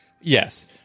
Yes